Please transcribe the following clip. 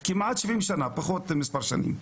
עד אז הייתי הארכיונאי שמספק את החומרים,